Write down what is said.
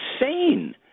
insane